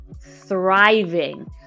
thriving